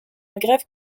grève